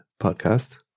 podcast